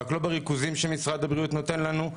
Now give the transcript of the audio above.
ולא בריכוזים שמשרד הבריאות נותן לנו.